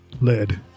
led